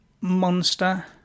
Monster